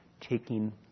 taking